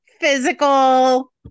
physical